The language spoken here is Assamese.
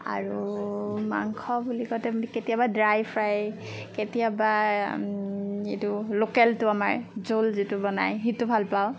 আৰু মাংস বুলি কওঁতে কেতিয়াবা ড্ৰাই ফ্ৰাই কেতিয়াবা এইটো লোকেলটো আমাৰ জোল যিটো বনাই সেইটো ভাল পাওঁ